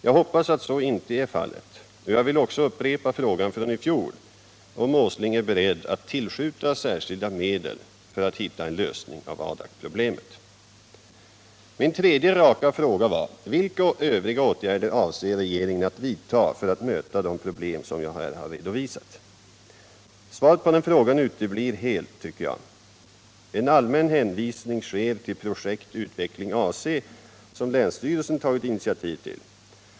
Jag hoppas att så inte är fallet, och jag vill också upprepa frågan från i fjol, om herr Åsling är beredd att tillskjuta särskilda medel för att hitta en lösning av Adakproblemet. Min tredje raka fråga var: Vilka övriga åtgärder avser regeringen att vidta för att möta de problem som jag här har redovisat? Svaret på den frågan uteblir helt, tycker jag. En allmän hänvisning sker till ett projekt —- utveckling AC — som länsstyrelsen tagit initiativ till.